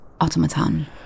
automaton